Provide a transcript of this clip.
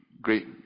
great